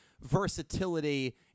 versatility